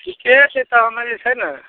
ठीके छै तऽ हमे जे छै ने